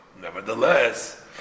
Nevertheless